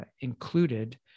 included